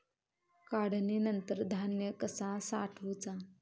काढणीनंतर धान्य कसा साठवुचा?